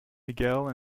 miguel